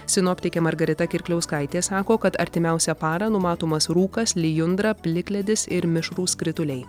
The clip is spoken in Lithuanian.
sinoptikė margarita kirkliauskaitė sako kad artimiausią parą numatomas rūkas lijundra plikledis ir mišrūs krituliai